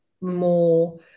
more